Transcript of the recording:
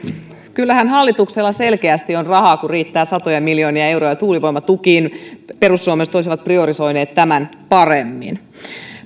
kyllähän hallituksella selkeästi on rahaa kun riittää satoja miljoonia euroja tuulivoimatukiin perussuomalaiset olisivat priorisoineet tämän paremmin